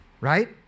right